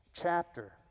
chapter